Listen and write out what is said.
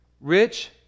rich